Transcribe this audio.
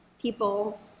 people